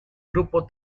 grupo